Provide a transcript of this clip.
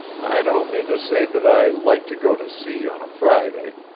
i don't mean to say that i like to go to sea on a friday,